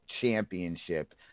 Championship